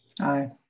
Aye